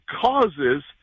causes